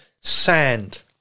sand